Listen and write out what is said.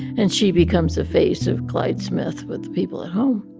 and she becomes the face of clyde smith with the people at home